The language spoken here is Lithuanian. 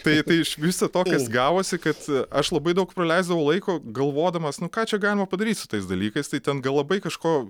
tai tai iš viso to kas gavosi kad aš labai daug praleisdavau laiko galvodamas nu ką čia galima padaryt su tais dalykais tai ten gal labai kažko